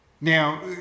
Now